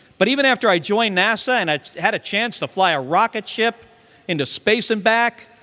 but even after i joined nasa and i had a chance to fly a rocket ship into space and back,